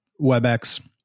webex